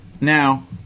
now